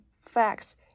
facts